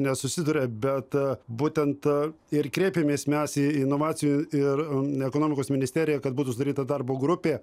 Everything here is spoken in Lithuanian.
nesusiduria bet būtent ir kreipėmės mes į inovacijų ir ekonomikos ministeriją kad būtų sudaryta darbo grupė